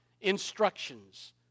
instructions